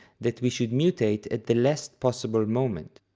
that we should mutate at the last possible moment.